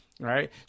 Right